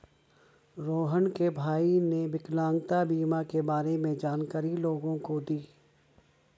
रोहण के भाई ने विकलांगता बीमा के बारे में जानकारी लोगों को दी